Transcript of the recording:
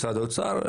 משרד האוצר,